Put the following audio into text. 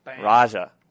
Raja